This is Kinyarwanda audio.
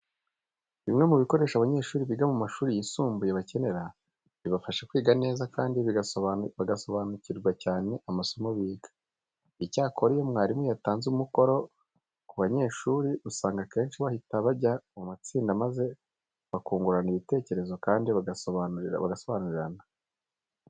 Bimwe mu bikoresho abanyeshuri biga mu mashuri yisumbuye bakenera, bibafasha kwiga neza kandi bagasobanukirwa cyane amasomo biga. Icyakora iyo mwarimu yatanze umukoro ku banyeshuri usanga akenshi bahita bajya mu matsinda maze bakungurana ibitekerezo kandi bagasobanurirana.